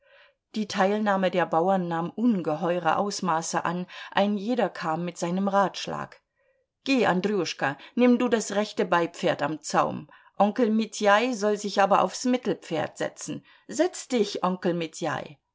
die teilnahme der bauern nahm ungeheure ausmaße an ein jeder kam mit seinem ratschlag geh andrjuschka nimm du das rechte beipferd am zaum onkel mitjaj soll sich aber aufs mittelpferd setzen setz dich onkel mitjaj